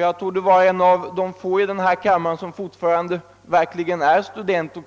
Jag torde vara en av de få i den här kammaren som fortfarande är student och